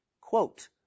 quote